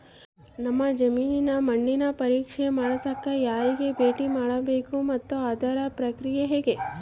ನಮ್ಮ ಜಮೇನಿನ ಮಣ್ಣನ್ನು ಪರೇಕ್ಷೆ ಮಾಡ್ಸಕ ಯಾರಿಗೆ ಭೇಟಿ ಮಾಡಬೇಕು ಮತ್ತು ಅದರ ಪ್ರಕ್ರಿಯೆ ಹೆಂಗೆ?